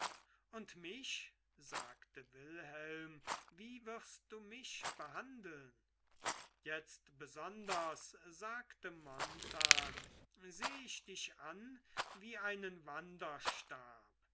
und mich sagte wilhelm wie wirst du mich behandeln jetzt besonders sagte jarno seh ich dich an wie einen wanderstab